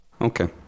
Okay